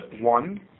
One